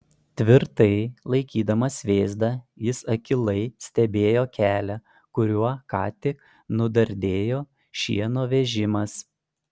tvirtai laikydamas vėzdą jis akylai stebėjo kelią kuriuo ką tik nudardėjo šieno vežimas